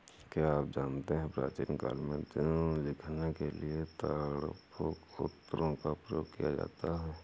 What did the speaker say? क्या आप जानते है प्राचीन काल में लिखने के लिए ताड़पत्रों का प्रयोग किया जाता था?